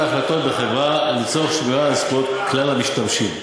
ההחלטות בחברה לצורך שמירה על זכויות כלל המשתמשים.